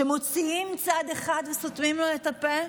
כשמוציאים צד אחד וסותמים לו את הפה,